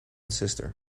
sister